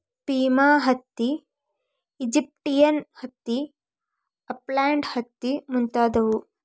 Pima ಹತ್ತಿ, Egyptian ಹತ್ತಿ, upland ಹತ್ತಿ ಮುಂತಾದವು